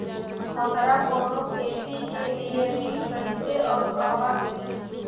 हमरा कवनो खेती के लिये ऋण कइसे अउर कहवा मिली?